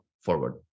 forward